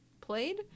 played